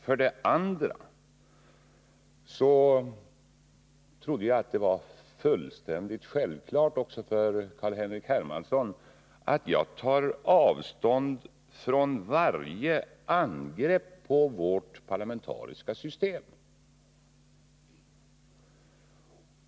För det andra trodde jag att det var fullständigt självklart också för Carl-Henrik Hermansson att jag tar avstånd från varje angrepp på vårt parlamentariska system.